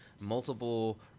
multiple